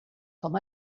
com